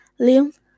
Liam